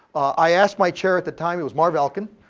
i asked my chair at the time, it was marv alkin.